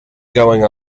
going